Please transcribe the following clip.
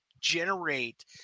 generate